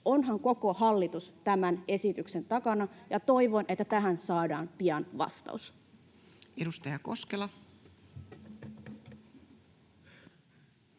Onhan koko hallitus tämän esityksen takana? Toivon, että tähän saadaan pian vastaus. [Speech